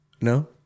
No